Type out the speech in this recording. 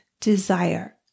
desire